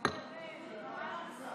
הוא התבלבל.